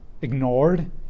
ignored